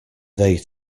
they